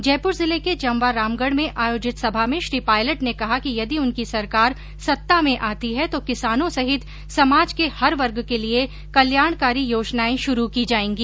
जयपुर जिले के जमवारामगढ में आयोजित सभा में श्री पायलट ने कहा कि यदि उनकी सरकार सत्ता में आती है तो किसानों सहित समाज के हर वर्ग के लिये कल्याणकारी योजनाएं शुरू की जायेगी